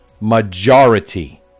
majority